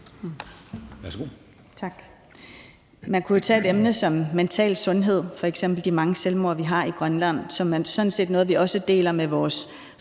Værsgo.